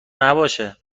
نباشه